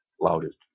loudest